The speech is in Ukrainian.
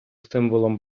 символом